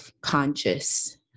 conscious